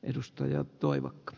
mainos vaikuttaa